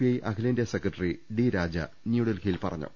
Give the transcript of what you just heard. I അഖിലേന്ത്യാ സെക്രട്ടറി D Raja ന്യൂഡൽഹി യിൽ പറഞ്ഞു